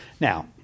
Now